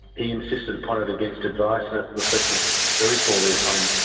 he insisted upon it against advice it reflected very poorly upon him.